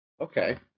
okay